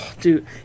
dude